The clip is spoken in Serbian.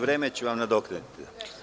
Vreme ću vam nadoknaditi.